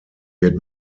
wird